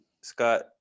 scott